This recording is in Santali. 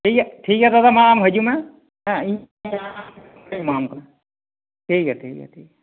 ᱴᱷᱤᱠ ᱜᱮᱭᱟ ᱴᱷᱤᱠ ᱜᱮᱭᱟ ᱫᱟᱫᱟ ᱢᱟ ᱟᱢ ᱦᱤᱡᱩᱜ ᱢᱮ ᱦᱮᱸ ᱤᱧ ᱟᱢ ᱮᱢᱟᱢᱟ ᱴᱷᱤᱠ ᱜᱮᱭᱟ ᱴᱷᱤᱠ ᱜᱮᱭᱟ ᱴᱷᱤᱠ ᱜᱮᱭᱟ